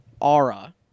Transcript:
aura